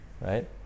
Right